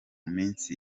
minsi